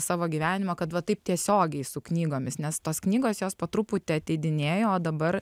savo gyvenimo kad va taip tiesiogiai su knygomis nes tos knygos jos po truputį ateidinėjo o dabar